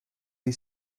sie